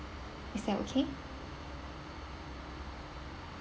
is that okay